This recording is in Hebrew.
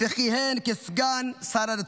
וכיהן כסגן שר הדתות.